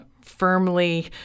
firmly